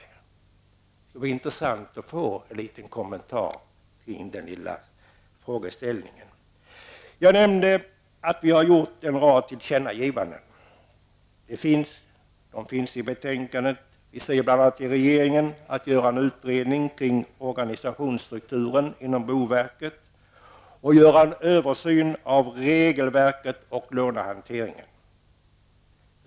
Det vore intressant att få en liten kommentar till detta. Jag nämnde att vi har gjort en rad tillkännagivanden. De finns i betänkandet. Vi säger bl.a. till regeringen att man skall göra en utredning om organisationsstrukturen inom boverket och en översyn av regelverket och lånehanteringen.